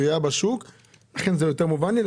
התחרות בשוק עדיין בריאה ולכן זה יותר מובן לי.